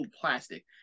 plastic